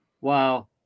Wow